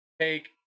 Take